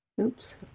oops